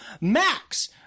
Max